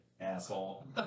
asshole